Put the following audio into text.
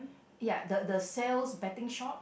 ya the the sales betting shop